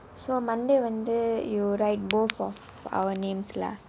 so monday you write both of our names lah